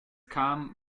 kam